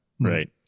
Right